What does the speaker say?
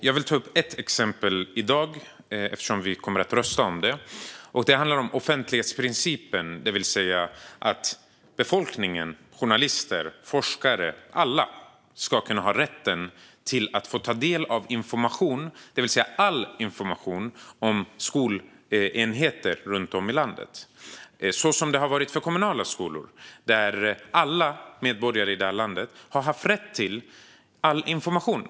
Jag vill ta upp ett exempel i dag, eftersom vi kommer att rösta om det, och det handlar om offentlighetsprincipen, det vill säga att befolkningen - journalister, forskare, alla - ska kunna ha rätt att ta del av information, all information, om skolenheter runt om i landet. Så har det varit för kommunala skolor. Där har alla medborgare i landet haft rätt till all information.